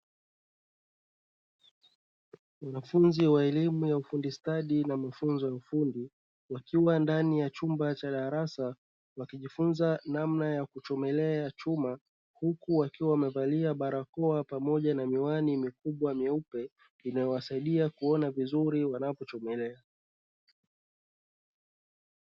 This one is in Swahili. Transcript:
Wanafunzi wa elimu ya ufundi stadi na mafunzo ya ufundi wakiwa ndani ya chumba cha darasa wakijifunza namna ya kuchomelea chuma, huku wakiwa wamevalia barakoa pamoja na miwani mikubwa myeupe inayowasaidia kuona vizuri wanapochomelea.